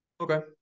Okay